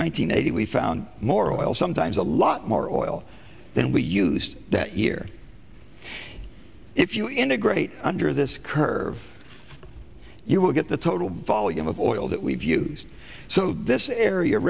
hundred eighty found more oil sometimes a lot more oil than we used that year if you integrate under this curve you will get the total volume of oil that we've used so this area